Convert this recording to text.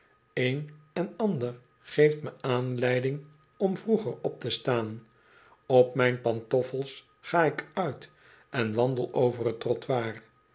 een en ander geeft me aanleiding om vroeg op te staan op mijne pantoffels ga ik uit en wandel over t trottoir